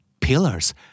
Pillars